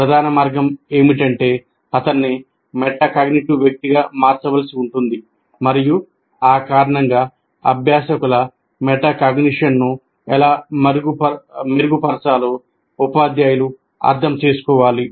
ప్రధాన మార్గం ఏమిటంటేఅతన్ని మెటాకాగ్నిటివ్ వ్యక్తిగా మార్చవలసి ఉంటుంది మరియు ఆ కారణంగా అభ్యాసకుల మెటాకాగ్నిషన్ను ఎలా మెరుగుపరచాలో ఉపాధ్యాయులు అర్థం చేసుకోవాలి